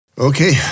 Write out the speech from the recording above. Okay